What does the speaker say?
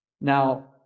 now